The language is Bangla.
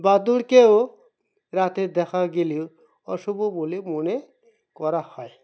বাদুরকেও রাতে দেখা গেলেও অশুভ বলে মনে করা হয়